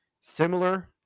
similar